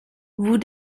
vous